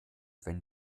wenn